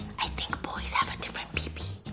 i think boys have a different pee-pee!